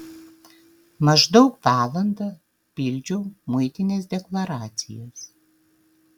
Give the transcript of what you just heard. maždaug valandą pildžiau muitinės deklaracijas